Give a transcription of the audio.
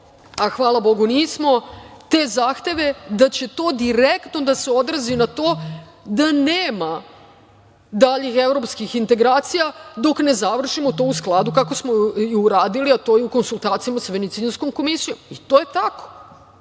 a hvala Bogu, nismo te zahteve da će to direktno da se odrazi na to da nema daljih evropskih integracija dok ne završimo to u skladu kako smo i uradili, a to je u konsultacijama sa Venecijanskom komisijom. I to je